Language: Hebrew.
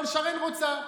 אבל שרן רוצה.